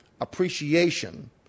appreciation